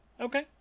Okay